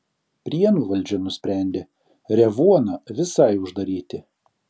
prienų valdžia nusprendė revuoną visai uždaryti